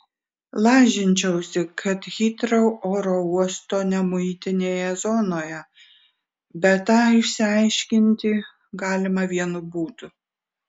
lažinčiausi kad hitrou oro uosto nemuitinėje zonoje bet tą išsiaiškinti galima vienu būdu